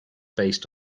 based